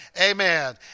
amen